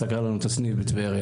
סגרה לנו את הסניף בטבריה.